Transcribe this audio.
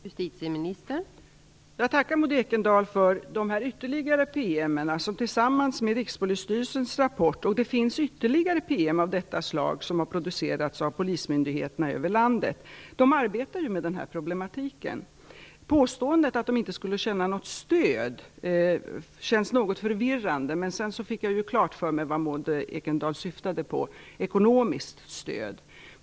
Fru talman! Jag tackar Maud Ekendahl för de ytterligare PM som tillsammans med Rikspolisstyrelsens rapport belyser detta. Det finns ytterligare PM av detta slag som har producerats av polismyndigheterna i landet. Polismyndigheterna arbetar ju med den här problematiken. Påståendet att polisen inte skulle känna något stöd kändes först något förvirrande, men sedan fick jag ju klart för mig vad Maud Ekendahl syftade på, nämligen ekonomiskt stöd.